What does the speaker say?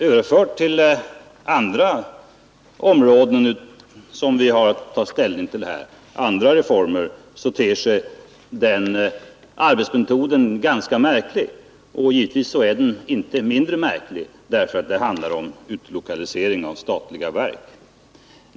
Överförd till andra reformer som vi har att ta ställning till ter sig den arbetsmetoden ganska märklig. Givetvis är den inte mindre märklig därför att det nu handlar om utlokalisering av statliga verk.